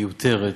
מיותרת,